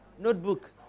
Notebook